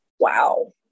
Wow